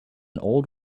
old